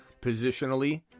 positionally